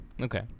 Okay